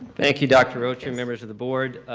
thank you dr. rocha and members of the board,